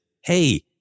Hey